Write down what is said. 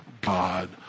God